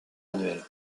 annuelles